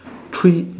three